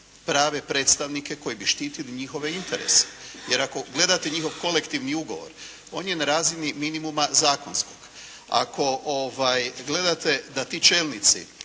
prave predstavnike koji bi štitili njihove interese. Jer ako gledate njihov kolektivni ugovor, on je na razini minimuma zakonskog. Ako gledate da t i čelnici